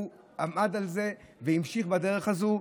הוא עמד על זה והמשיך בדרך הזו.